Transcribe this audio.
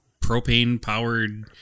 propane-powered